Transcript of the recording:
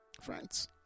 Friends